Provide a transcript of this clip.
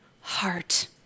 heart